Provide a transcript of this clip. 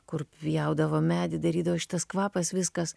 kur pjaudavo medį darydavo šitas kvapas viskas